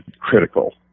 critical